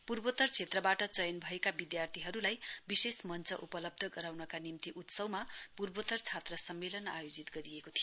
पूर्वोत्तर क्षेत्रबाट चयन भएका विधार्थीहरूलाई विशेष मञ्च उपलब्ध गराउनका निम्ति उत्सवमा पूर्वोत्तर छात्र सम्मेलन आयोजित गरिएको थियो